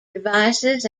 devices